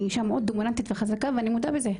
אני אישה מאוד דומיננטית וחזקה ואני מודה בזה,